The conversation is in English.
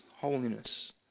holiness